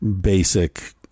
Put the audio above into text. basic